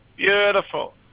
Beautiful